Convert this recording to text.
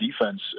defense